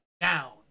down